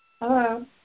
Hello